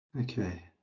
okay